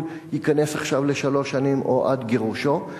ייכנס עכשיו לשלוש שנים או עד גירושו?